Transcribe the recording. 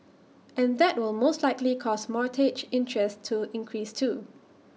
and that will most likely cause mortgage interest to increase too